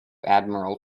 admiral